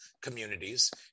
communities